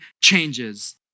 changes